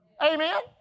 Amen